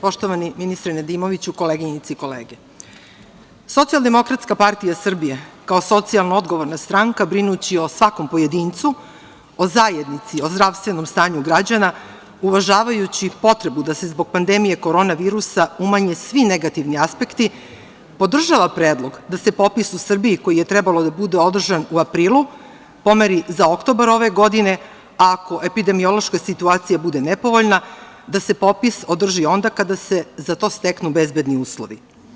Poštovani ministre Nedimoviću, koleginice i kolege, SDPS, kao socijalno odgovorna stranka, brinući o svakom pojedincu, o zajednici, o zdravstvenom stanju građana, uvažavajući potrebu da se zbog pandemije korona virusa umanje svi negativni aspekti, podržava predlog da se popis u Srbiji koji je trebalo da bude održan u aprilu pomeri za oktobar ove godine, a ako epidemiološka situacija bude nepovoljna da se popis održi onda kada se za to steknu bezbedni uslovi.